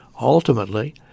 ultimately